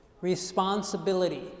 Responsibility